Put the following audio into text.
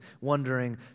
wondering